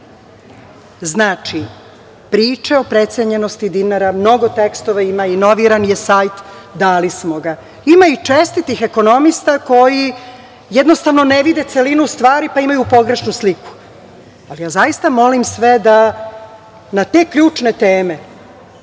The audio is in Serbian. Priče o precenjenosti dinara, mnogo tekstova ima, inoviran je sajt, dali smo ga. Ima i čestitih ekonomista koji, jednostavno ne vide celinu stvari, pa imaju pogrešnu sliku. Ja zaista molim sve da na te ključne teme